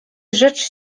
rzecz